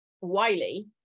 Wiley